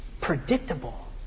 predictable